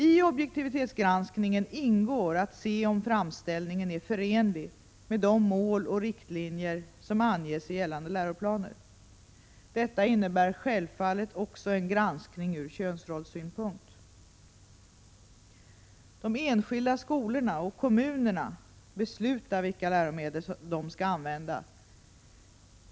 I objektivitetsgranskningen ingår att se om framställningen är förenlig med de mål och riktlinjer som anges i gällande läroplaner. Detta innebär självfallet också en granskning ur könsrollssynpunkt. De enskilda skolorna och kommunerna beslutar vilka läromedel de skall använda.